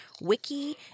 Wiki